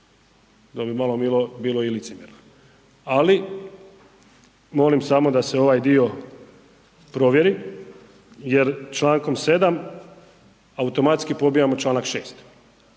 To bi malo bilo i licemjerno. Ali molim samo da se ovaj dio provjeri jer čl. 7. automatski pobijamo čl. 6.